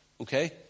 Okay